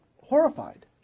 horrified